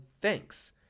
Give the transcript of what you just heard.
thanks